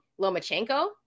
lomachenko